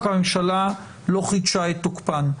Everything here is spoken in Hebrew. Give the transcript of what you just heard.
הממשלה לא חידשה את תוקפן.